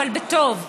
אבל בטוב.